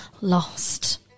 lost